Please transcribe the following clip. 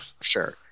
Sure